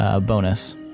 bonus